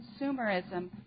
consumerism